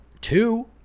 two